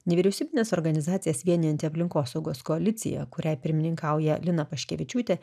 nevyriausybines organizacijas vienijanti aplinkosaugos koalicija kuriai pirmininkauja lina paškevičiūtė